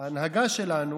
ההנהגה שלו